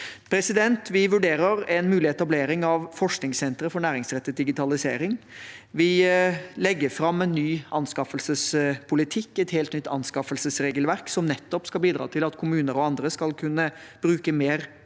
landet. Vi vurderer en mulig etablering av forskningssentre for næringsrettet digitalisering. Vi legger fram en ny anskaffelsespolitikk – et helt nytt anskaffelsesregelverk som nettopp skal bidra til at kommuner og andre skal kunne bruke mer